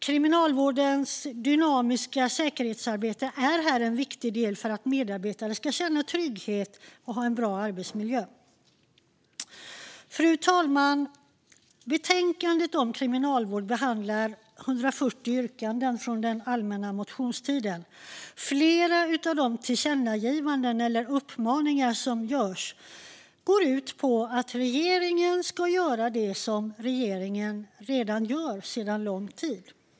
Kriminalvårdens dynamiska säkerhetsarbete är här en viktig del för att medarbetare ska känna trygghet och ha en bra arbetsmiljö. Fru talman! Betänkandet om kriminalvård behandlar 140 yrkanden från allmänna motionstiden. Flera av de tillkännagivanden eller uppmaningar som görs går ut på att regeringen ska göra det som regeringen redan gör sedan länge.